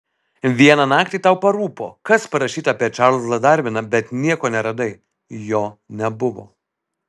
vieną naktį tau parūpo kas parašyta apie čarlzą darviną bet nieko neradai jo nebuvo